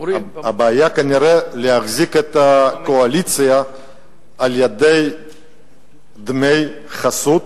הבעיה כנראה היא להחזיק את הקואליציה על-ידי דמי חסות